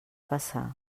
passar